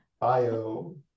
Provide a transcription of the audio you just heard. bio